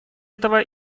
этого